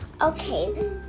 Okay